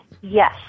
Yes